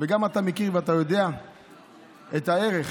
וגם אתה מכיר ויודע את הערך